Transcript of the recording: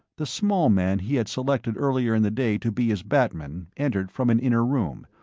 the small man he had selected earlier in the day to be his batman entered from an inner room,